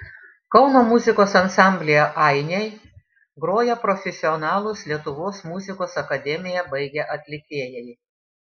kauno muzikos ansamblyje ainiai groja profesionalūs lietuvos muzikos akademiją baigę atlikėjai